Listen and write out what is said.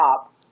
top